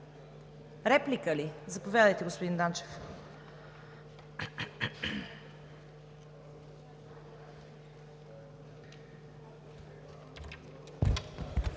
реплики? Заповядайте, господин Данчев.